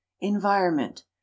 environment